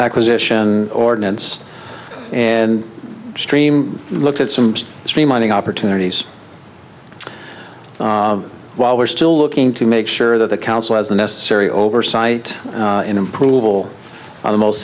acquisition ordinance and stream looked at some streamlining opportunities while we're still looking to make sure that the council has the necessary oversight in improvable on the most